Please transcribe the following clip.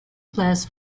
class